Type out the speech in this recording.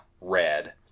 red